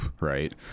right